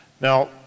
Now